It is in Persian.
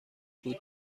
بود